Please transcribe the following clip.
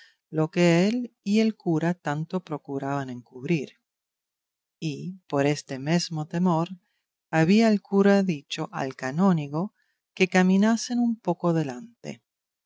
lo que él y el cura tanto procuraban encubrir y por este mesmo temor había el cura dicho al canónigo que caminasen un poco delante